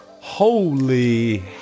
Holy